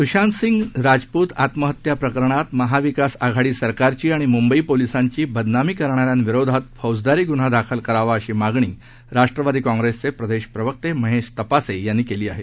स्शांतसिंगरजपूतआत्महत्याप्रकरणातमहाविकासआघाडीसरकारचीआणिमुंबईपोलिसांची बदनामीकरणाऱ्यांविरोधातफौजदारीगुन्हादाखलकरावाअशीमागणीराष्ट्रवादीकाँग्रेसचेप्रदेश प्रवक्तेमहेशतपासेयांनीकेलीआहे